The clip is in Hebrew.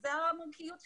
שזו המומחיות שלהם.